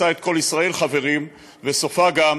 עושה את כל ישראל חברים, וסופה גם